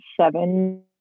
seven